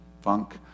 funk